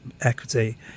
equity